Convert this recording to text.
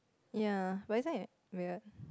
ya but this one is weird